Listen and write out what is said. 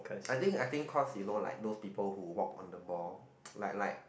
I think I think cause you know like those people who walk on the ball like like